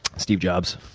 steve jobs.